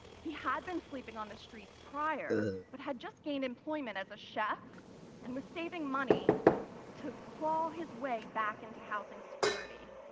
he had been sleeping on the streets prior but had just gained employment as a chef and was saving money to crawl his way back into housing security.